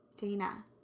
Dana